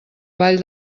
vall